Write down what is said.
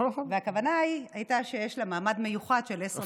והכוונה היא הייתה שיש לה מעמד מיוחד של עשר דקות.